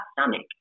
stomach